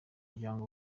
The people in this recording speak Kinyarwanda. umuganga